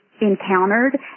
encountered